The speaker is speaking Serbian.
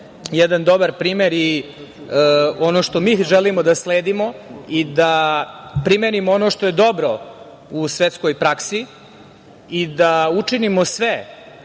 jedan dobar primer i ono što mi želimo da sledimo i da primenimo ono što je dobro u svetskoj praksi i da učinimo sve